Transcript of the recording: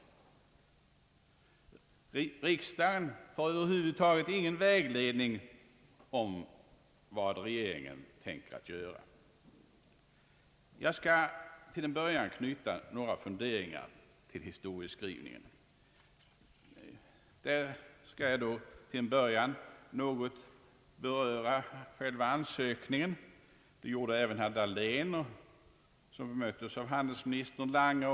Riksdagen får över huvud taget ingen vägledning i fråga om vad regeringen tänker göra. Jag skall till en början knyta några funderingar till historieskrivningen, Jag börjar med att något beröra själva ansökningen. Det gjorde också herr Dahlén, som bemöttes av handelsminister Lange.